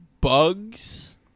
Bugs